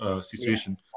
situation